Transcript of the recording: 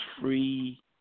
free